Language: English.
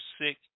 sick